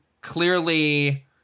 clearly